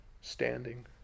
standing